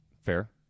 Fair